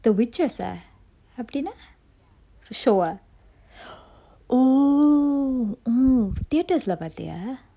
the witches ah அப்படினா show ah oh theaters lah பாத்தியா:pathiya